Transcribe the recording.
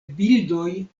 bildoj